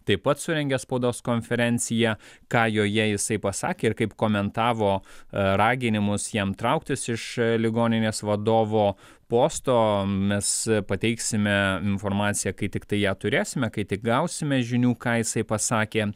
taip pat surengė spaudos konferenciją ką joje jisai pasakė ir kaip komentavo raginimus jam trauktis iš ligoninės vadovo posto mes pateiksime informaciją kai tiktai ją turėsime kai tik gausime žinių ką jisai asakė